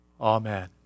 Amen